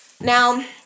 Now